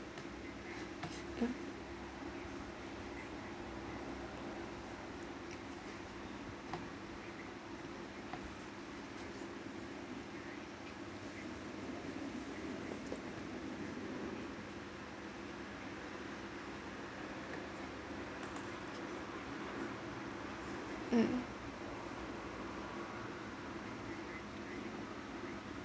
um